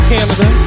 Canada